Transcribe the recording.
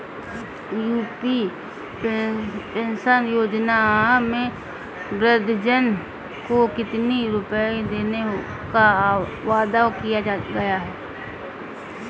UP pension योजना में वृद्धजन को कितनी रूपये देने का वादा किया गया है?